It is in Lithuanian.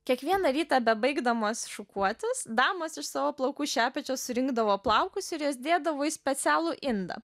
kiekvieną rytą bebaigdamos šukuotis damos iš savo plaukų šepečio surinkdavo plaukus ir juos dėdavo į specialų indą